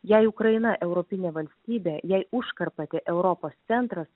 jei ukraina europinė valstybė jei užkarpatė europos centras